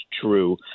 true